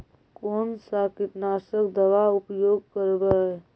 कोन सा कीटनाशक दवा उपयोग करबय?